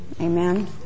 Amen